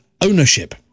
Ownership